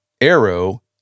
arrow